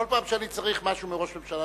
כל פעם שאני צריך משהו מראש הממשלה,